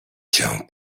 cię